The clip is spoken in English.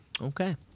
Okay